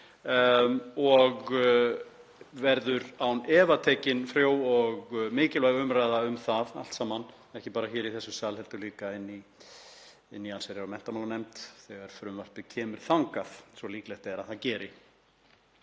og verður án efa tekin frjó og mikilvæg umræða um það allt saman, ekki bara í þessum sal heldur líka inni í allsherjar- og menntamálanefnd þegar frumvarpið kemur þangað eins og líklegt er að það geri.